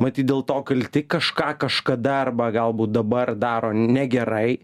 matyt dėl to kalti kažką kažkada arba galbūt dabar daro negerai